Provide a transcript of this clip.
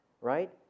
Right